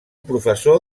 professor